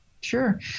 Sure